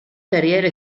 carriera